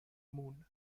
moon